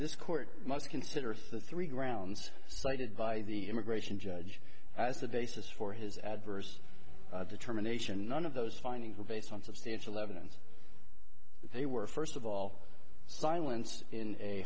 this court must consider three grounds cited by the immigration judge as the basis for his adverse determination none of those findings were based on substantial evidence they were first of all silence in a